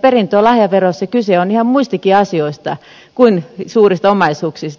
perintö ja lahjaverossa kyse on ihan muistakin asioista kuin suurista omaisuuksista